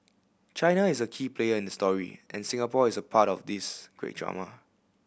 China is a key player in the story and Singapore is a part of this great drama